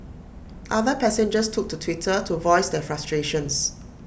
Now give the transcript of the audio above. other passengers took to Twitter to voice their frustrations